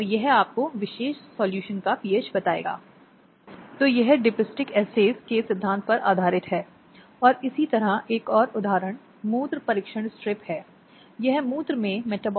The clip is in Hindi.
तब महिला को उन स्थितियों में पीड़ित नहीं होना चाहिए लेकिन स्थिति के आधार पर अंतरिम आदेश आवश्यक हो सकते हैं और अगर तत्काल मार्गदर्शन होता है तो महिलाओं की सुरक्षा के लिए ऐसे आदेश पारित किए जा सकते हैं